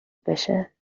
بشه